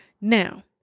Now